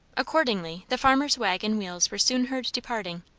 accordingly the farmer's waggon wheels were soon heard departing,